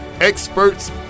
experts